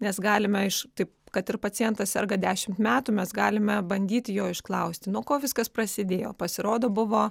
nes galime iš taip kad ir pacientas serga dešimt metų mes galime bandyti jo išklausti nuo ko viskas prasidėjo pasirodo buvo